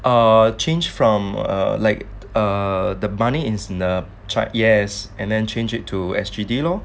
err change from err like err the money is in the chart then yes change it to S_G_D lor